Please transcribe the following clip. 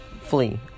Flee